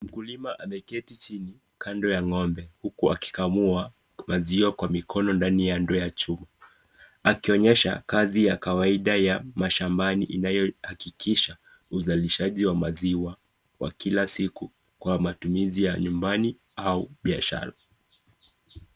Mkulima ameketi chini kando ya ng'ombe huku akikamua maziwa kwa mkono ndani ya ndoo ya chuma, akionyesha kazi ya kawaida ya mashambani inayohakikisha uzalishaji wa maziwa wa kila siku kwa matumizi ya nyumbani au biashara.